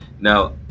Now